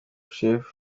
chef